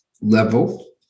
level